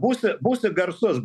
būsi būsi garsus